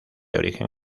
origen